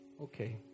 Okay